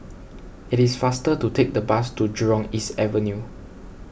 it is faster to take the bus to Jurong East Avenue